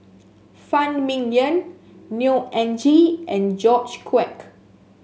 Phan Ming Yen Neo Anngee and George Quek